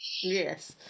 yes